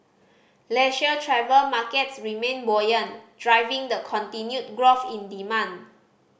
leisure travel markets remained buoyant driving the continued growth in demand